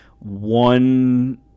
one